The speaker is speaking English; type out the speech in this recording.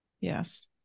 Yes